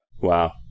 Wow